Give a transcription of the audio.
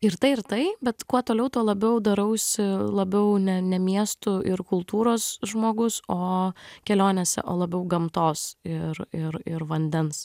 ir tai ir tai bet kuo toliau tuo labiau darausi labiau ne ne miestų ir kultūros žmogus o kelionėse o labiau gamtos ir ir ir vandens